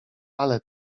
ale